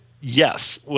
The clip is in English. Yes